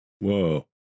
Whoa